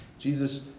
Jesus